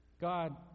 God